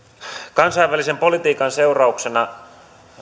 kansainvälisen politiikan seurauksena